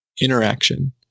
interaction